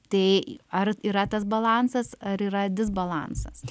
tai ar yra tas balansas ar yra disbalansas